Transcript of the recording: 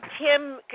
Tim